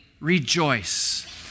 rejoice